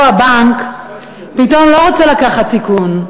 פה הבנק פתאום לא רוצה לקחת סיכון.